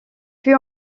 fut